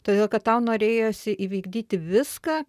todėl kad tau norėjosi įvykdyti viską